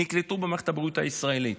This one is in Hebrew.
נקלטו במערכת הבריאות הישראלית.